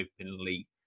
openly